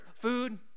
Food